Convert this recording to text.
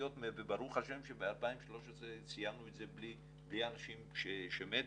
וברוך השם שב-2013 סיימנו את זה בלי אנשים שמתו.